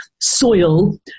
soil